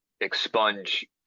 expunge